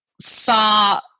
saw